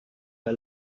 der